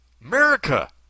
America